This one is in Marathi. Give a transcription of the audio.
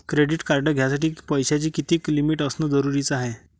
क्रेडिट कार्ड घ्यासाठी पैशाची कितीक लिमिट असनं जरुरीच हाय?